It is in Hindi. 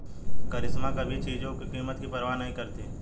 करिश्मा कभी चीजों की कीमत की परवाह नहीं करती